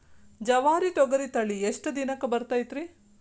ಜವಾರಿ ತೊಗರಿ ತಳಿ ಎಷ್ಟ ದಿನಕ್ಕ ಬರತೈತ್ರಿ?